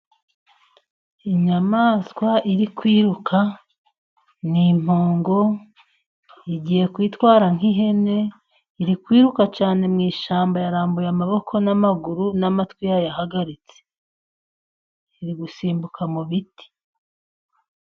Inyamaswa iri kwiruka ni impongo, igiye kwitwara nk'ihene, iri kwiruka cyane mu ishyamba, yarambuye amaboko n'maguru, n'amatwi yayahagaritse. Iri gusimbuka mu biti.